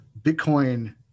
bitcoin